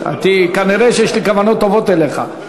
כנראה יש לי כוונות טובות אליך.